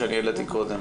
העליתי קודם.